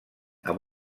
amb